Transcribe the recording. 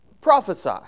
Prophesy